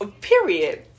Period